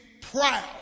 proud